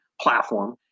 platform